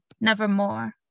nevermore